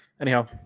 Anyhow